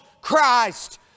Christ